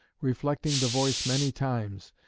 reflecting the voice many times,